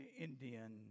Indian